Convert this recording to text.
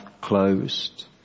closed